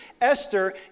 Esther